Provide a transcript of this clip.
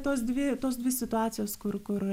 tos dvi tos dvi situacijos kur kur